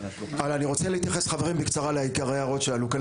אני רוצה להתייחס בקצרה לעיקר ההערות שעלו כאן.